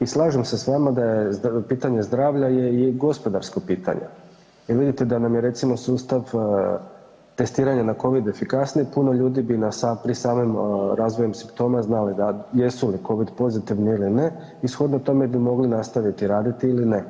I slažem se s vama da pitanje zdravlja je i gospodarsko pitanje jer vidite da nam je recimo sustav testiranja na COVID efikasniji puno ljudi bi pri samom razvoju simptoma znali jesu li COVID pozitivni ili ne i shodno tome bi mogli nastaviti raditi ili ne.